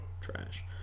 Trash